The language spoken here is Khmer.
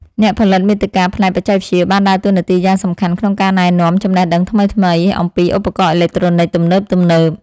អ្នកផលិតមាតិកាផ្នែកបច្ចេកវិទ្យាបានដើរតួនាទីយ៉ាងសំខាន់ក្នុងការណែនាំចំណេះដឹងថ្មីៗអំពីឧបករណ៍អេឡិចត្រូនិកទំនើបៗ។